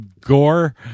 gore